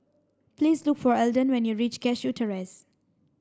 please look for Elden when you reach Cashew Terrace